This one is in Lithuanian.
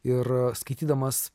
ir skaitydamas